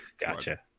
gotcha